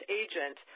agent